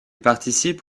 participe